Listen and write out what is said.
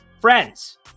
friends